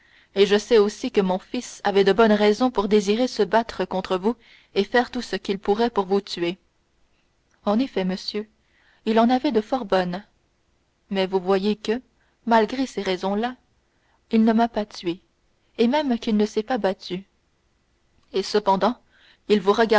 et je sais aussi que mon fils avait de bonnes raisons pour désirer se battre contre vous et faire tout ce qu'il pourrait pour vous tuer en effet monsieur il en avait de fort bonnes mais vous voyez que malgré ces raisons-là il ne m'a pas tué et même qu'il ne s'est pas battu et cependant il vous